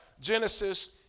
Genesis